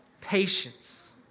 patience